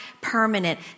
permanent